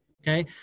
okay